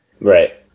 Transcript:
Right